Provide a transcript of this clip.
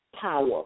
power